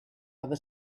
other